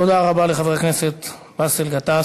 תודה רבה לחבר הכנסת באסל גטאס.